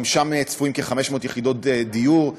גם שם צפויות כ-500 יחידות דיור,